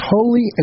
Holy